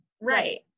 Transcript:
Right